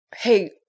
hey